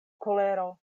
kolero